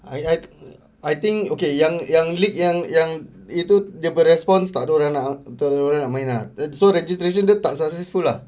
I I I think okay yang yang league yang yang itu dia punya response takde orang nak main ah so registration dia tak successful lah